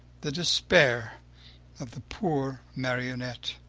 the despair of the poor marionette.